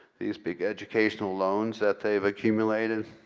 these big educational loans that they've accumulated.